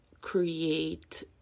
create